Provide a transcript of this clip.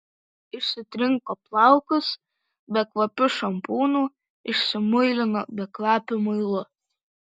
išsitrinko plaukus bekvapiu šampūnu išsimuilino bekvapiu muilu